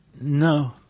No